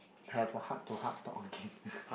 have a heart to heart talk again